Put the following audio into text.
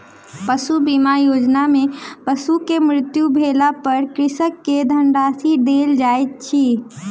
पशु बीमा योजना में पशु के मृत्यु भेला पर कृषक के धनराशि देल जाइत अछि